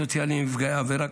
עובד סוציאלי לנפגעי עבירה,